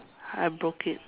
I broke it